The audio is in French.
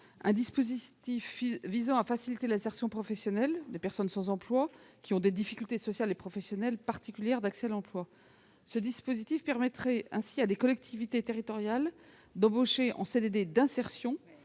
un dispositif ayant pour objet de faciliter l'insertion professionnelle des personnes sans emploi qui ont des difficultés sociales et professionnelles particulières d'accès à l'emploi. Ce dispositif permettrait ainsi à des collectivités territoriales d'embaucher en CDD d'insertion